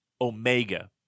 Omega